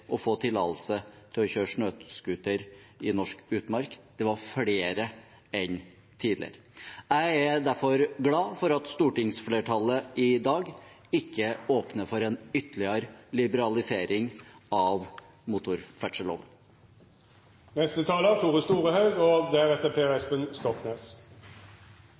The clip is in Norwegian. å få tillatelse til å kjøre snøscooter i norsk utmark. Det var flere enn tidligere. Jeg er derfor glad for at stortingsflertallet i dag ikke åpner for en ytterligere liberalisering av motorferdselloven. La meg få starte med å takke saksordføraren og